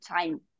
time